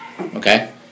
Okay